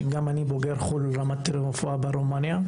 גם אני בוגר חו"ל ולמדתי רפואה ברומניה,